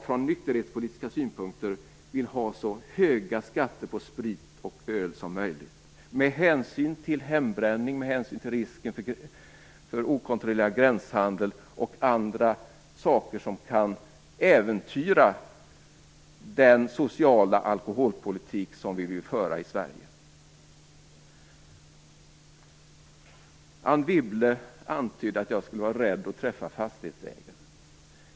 Från nykterhetspolitiska synpunkter vill jag därför ha så höga skatter som möjligt på sprit och öl som möjligt med hänsyn till hembränning och till risken för okontrollerad gränshandel och annat som kan äventyra den sociala alkoholpolitik som vi vill föra i Sverige. Anne Wibble antydde att jag skulle vara rädd att möta fastighetsägare.